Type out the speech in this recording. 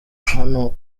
hano